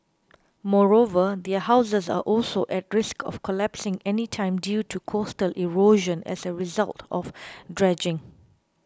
moreover their houses are also at risk of collapsing anytime due to coastal erosion as a result of dredging